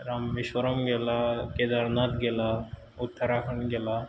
रामेश्वरम गेला केदारनाथ गेला उत्तराखंड गेला